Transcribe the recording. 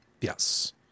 Yes